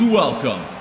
welcome